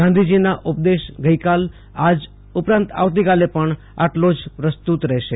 ગાંધીજીનો ઉપદેશ ગઈકાલ અને આજ ઉપરાંત આવતીકાલે પણ આટલો જ પ્રસ્તુત રહેશે